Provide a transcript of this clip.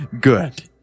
good